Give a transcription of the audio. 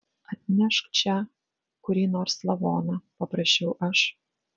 atnešk čia kurį nors lavoną paprašiau aš